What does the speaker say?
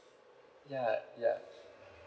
yeah yeah